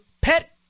pet